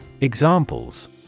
Examples